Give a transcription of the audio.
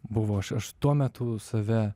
buvo aš aš tuo metu save